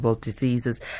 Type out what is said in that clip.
diseases